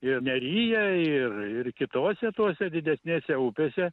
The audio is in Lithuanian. ir neryje ir ir kitose tose didesnėse upėse